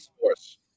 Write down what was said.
Force